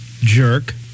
Jerk